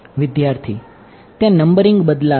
વિદ્યાર્થી ત્યાં નંબરીંગ બદલાશે